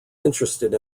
interested